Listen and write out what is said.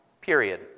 period